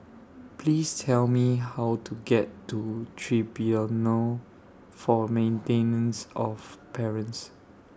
Please Tell Me How to get to Tribunal For Maintenance of Parents